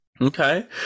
Okay